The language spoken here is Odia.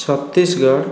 ଛତିଶଗଡ଼